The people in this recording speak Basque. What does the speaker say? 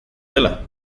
dela